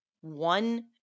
one